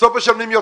בסוף משלמים יותר.